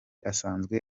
asanzwe